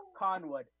Conwood